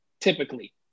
typically